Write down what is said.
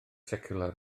seciwlar